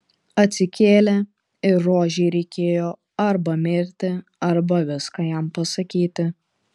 atsikėlė ir rožei reikėjo arba mirti arba viską jam pasakyti